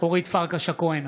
אורית פרקש הכהן,